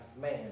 man